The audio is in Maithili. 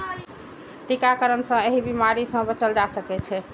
टीकाकरण सं एहि बीमारी सं बचल जा सकै छै